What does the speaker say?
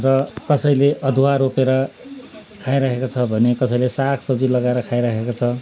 र कसैले अदुवा रोपेर खाइरहेको छ भने कसैले सागसब्जी लगाएर खाइरहेको छ